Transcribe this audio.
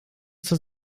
zur